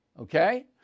Okay